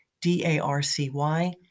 D-A-R-C-Y